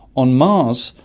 on mars,